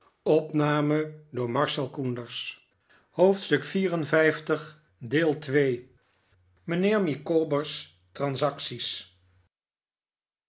mijnheer micawber's talenten